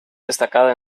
destacada